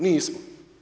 Nismo.